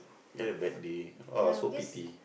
you had a bad day !wow! so pity